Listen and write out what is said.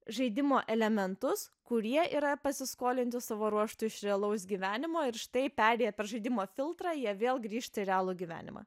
žaidimo elementus kurie yra pasiskolinti savo ruožtu iš realaus gyvenimo ir štai perėję per žaidimo filtrą jie vėl grįžti į realų gyvenimą